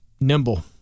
nimble